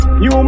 New